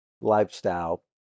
lifestyle